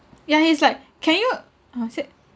ya he's like can you uh sit